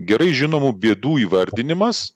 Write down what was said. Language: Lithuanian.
gerai žinomų bėdų įvardinimas